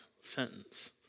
sentence